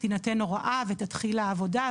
תינתן הוראה ותתחיל העבודה,